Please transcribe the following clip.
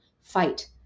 fight